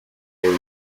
y’izo